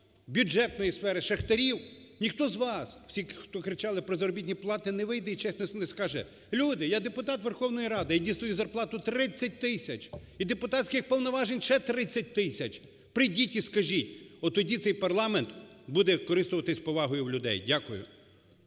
бюджетної сфери шахтарів, ніхто з вас, всі, хто кричали про заробітні плати, не вийде і чесно не скаже, люди, я депутат Верховної Ради, я дістаю зарплату 30 тисяч і депутатських повноважень ще 30 тисяч, прийдіть і скажіть, тоді цей парламент буде користуватися повагою в людей. Дякую.